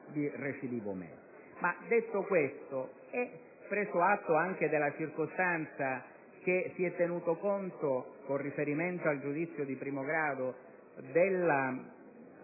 Ciò detto, e preso atto anche della circostanza che si è tenuto conto, con riferimento al giudizio di primo grado, di